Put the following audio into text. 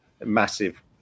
massive